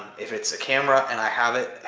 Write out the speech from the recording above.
if it's a camera and i have it,